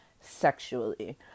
sexually